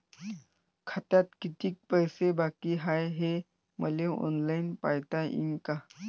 खात्यात कितीक पैसे बाकी हाय हे मले ऑनलाईन पायता येईन का?